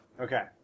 Okay